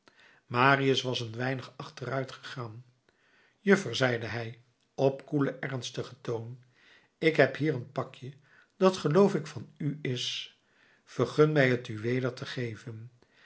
marius was een weinig achteruit gegaan juffer zeide hij op koelen ernstigen toon ik heb hier een pakje dat geloof ik van u is vergun mij t u weder te geven